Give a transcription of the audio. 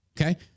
okay